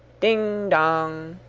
ding, dong!